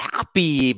Happy